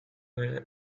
berezko